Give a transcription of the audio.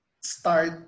start